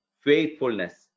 faithfulness